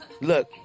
look